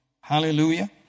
Hallelujah